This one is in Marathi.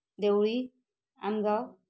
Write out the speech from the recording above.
देवळी आमगाव